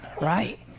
right